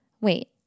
wait